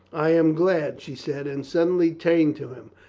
i am glad, she said, and suddenly turned to him.